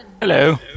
Hello